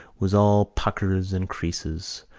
was all puckers and creases,